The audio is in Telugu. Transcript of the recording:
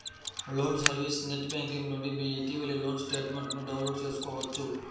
లోన్ సర్వీస్ నెట్ బ్యేంకింగ్ నుండి మీ ఇటీవలి లోన్ స్టేట్మెంట్ను డౌన్లోడ్ చేసుకోవచ్చు